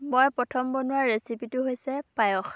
মই প্ৰথম বনোৱা ৰেচিপিটো হৈছে পায়স